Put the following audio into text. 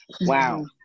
Wow